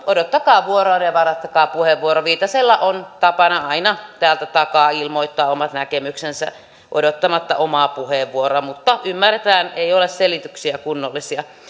odottakaa vuoroanne ja varatkaa puheenvuoro viitasella on tapana aina täältä takaa ilmoittaa omat näkemyksensä odottamatta omaa puheenvuoroaan mutta ymmärretään ei ole kunnollisia selityksiä